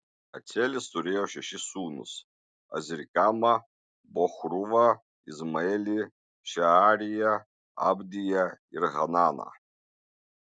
acelis turėjo šešis sūnus azrikamą bochruvą izmaelį šeariją abdiją ir hananą